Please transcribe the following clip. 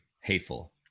Hateful